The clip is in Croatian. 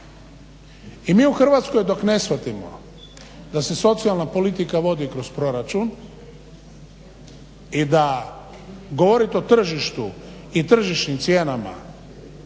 I mi u Hrvatskoj dok ne shvatimo da se socijalna politika vodi kroz proračun i da govorit o tržištu i tržišnim cijenama